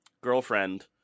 girlfriend